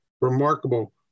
remarkable